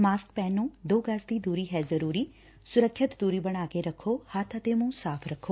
mask ਪਹਿਨੋ ਦੋ ਗਜ਼ ਦੀ ਦੁਰੀ ਹੈ ਜ਼ਰੁਰੀ ਸੁਰੱਖਿਅਤ ਦੁਰੀ ਬਣਾ ਕੇ ਰਖੋ ਹੱਬ ਅਤੇ ਮੁੰਹ ਸਾਫ਼ ਰੱਖੋ